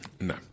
No